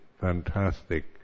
fantastic